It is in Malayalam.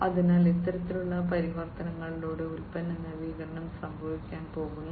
അതിനാൽ ഇത്തരത്തിലുള്ള പരിവർത്തനങ്ങളിലൂടെ ഉൽപ്പന്ന നവീകരണം സംഭവിക്കാൻ പോകുന്നു